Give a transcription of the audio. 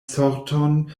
sorton